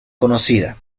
conocida